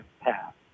passed